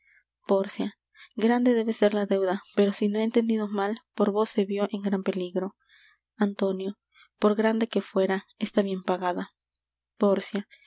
pórcia grande debe ser la deuda pues si no he entendido mal por vos se vió en gran peligro antonio por grande que fuera está bien pagada pórcia